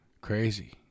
Crazy